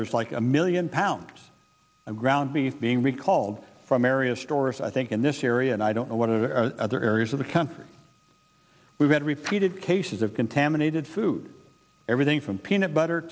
there's like a million pounds of ground beef being recalled from area stores i think in this area and i don't know what other areas of the country we've had repeated cases of contaminated food everything from peanut butter